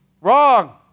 Wrong